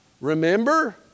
Remember